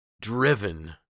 driven